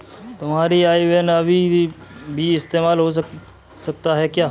तुम्हारा आई बैन अभी भी इस्तेमाल हो सकता है क्या?